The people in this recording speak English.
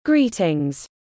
Greetings